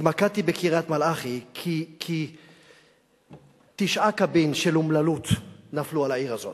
התמקדתי בקריית-מלאכי כי תשעה קבין של אומללות נפלו על העיר הזאת,